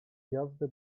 gwiazdy